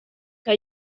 que